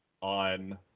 on